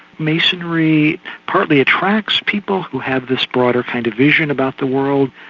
masonry partly attracts people who have this broader kind of vision about the world,